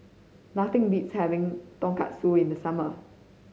nothing beats having Tonkatsu in the summer